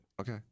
Okay